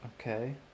okay